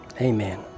amen